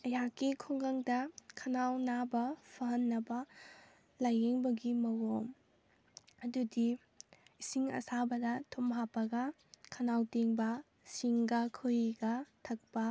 ꯑꯩꯍꯥꯛꯀꯤ ꯈꯨꯡꯒꯪꯗ ꯈꯅꯥꯎ ꯅꯥꯕ ꯐꯍꯟꯅꯕ ꯂꯥꯏꯌꯦꯡꯕꯒꯤ ꯃꯑꯣꯡ ꯑꯗꯨꯗꯤ ꯏꯁꯤꯡ ꯑꯁꯥꯕꯗ ꯊꯨꯝ ꯍꯥꯞꯄꯒ ꯈꯅꯥꯎ ꯇꯦꯡꯕ ꯁꯤꯡꯒ ꯈꯣꯍꯤꯒ ꯊꯛꯄ